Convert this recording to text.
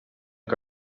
que